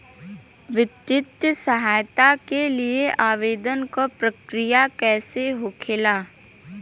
वित्तीय सहायता के लिए आवेदन क प्रक्रिया कैसे होखेला?